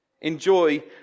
enjoy